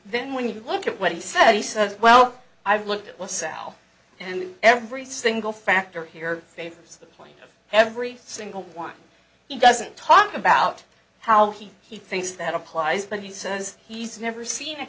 then when you look at what he said he says well i've looked at lasalle and every single factor here favors the point of every single one he doesn't talk about how he he thinks that applies but he says he's never seen a